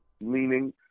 Meaning